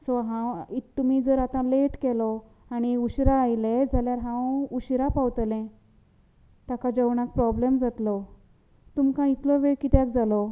so हांव if तुमी जर आता लेट केलो आनी उशिरा आयले जाल्यार हांव उशिरा पावतले ताका जेवणाक प्रॉब्लेम जातलो तुमकां इतलो वेळ कित्याक जालो